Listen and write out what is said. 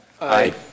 Aye